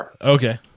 Okay